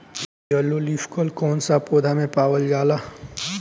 Yellow leaf curl कौन सा पौधा में पावल जाला?